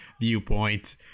viewpoint